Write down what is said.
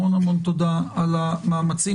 המון תודה על המאמצים.